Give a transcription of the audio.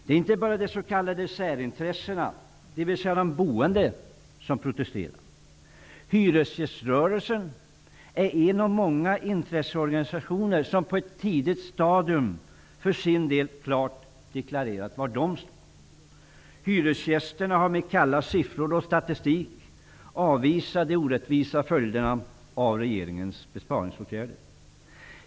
Det är inte bara de s.k. särintressena, dvs. de boende, som protesterar. Hyresgäströrelsen är en av många intresseorganisationer som på ett tidigt stadium för sin del klart har deklarerat var man står. Hyresgästerna har med kalla siffror och statistik avvisat framlagda förslag med hänvisning till de orättvisa följderna av regeringens besparingsåtgärder.